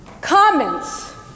Comments